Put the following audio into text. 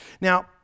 Now